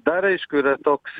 dar aišku yra toks